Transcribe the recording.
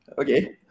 Okay